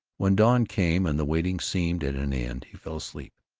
when dawn came and the waiting seemed at an end, he fell asleep,